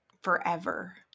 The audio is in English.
forever